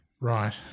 Right